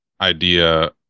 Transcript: idea